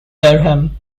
durham